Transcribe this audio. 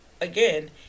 Again